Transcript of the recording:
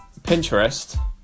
Pinterest